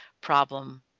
problem